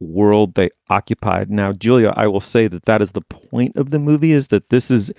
world they occupied. now, julia, i will say that that is the point of the movie, is that this is